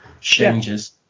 changes